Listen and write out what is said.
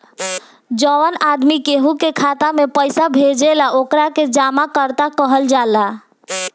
जवन आदमी केहू के खाता में पइसा भेजेला ओकरा के जमाकर्ता कहल जाला